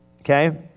okay